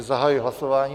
Zahajuji hlasování.